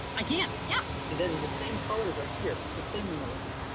i can, yeah. that is the same colors are here, it's the same minerals.